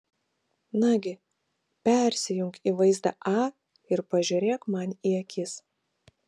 nagi persijunk į vaizdą a ir pažiūrėk man į akis